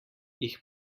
jih